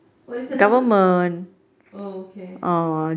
what is the nama oh okay